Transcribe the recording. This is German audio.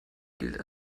gilt